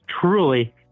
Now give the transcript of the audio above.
truly